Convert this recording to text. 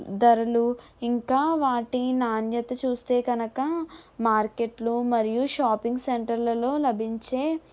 ధరలు ఇంకా వాటి నాణ్యత చూస్తే కనక మార్కెట్లో మరియు షాపింగ్ సెంటర్ లలో లభించే